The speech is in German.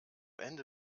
ende